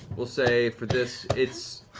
we'll say for this, it's